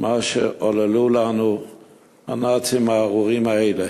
מה שעוללו לנו הנאצים הארורים האלה.